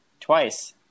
twice